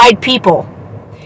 people